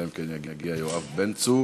אלא אם כן יגיע יואב בן צור,